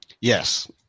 Yes